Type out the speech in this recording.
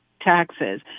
taxes